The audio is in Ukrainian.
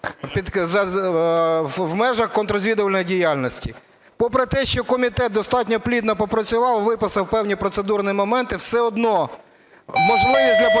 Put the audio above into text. в межах контррозвідувальної діяльності. Попри те, що комітет достатньо плідно попрацював і виписав певні процедурні моменти, все одно можливість для подвійного